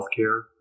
healthcare